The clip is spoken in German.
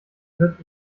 wird